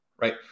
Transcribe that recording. right